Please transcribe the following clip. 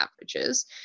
averages